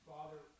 Father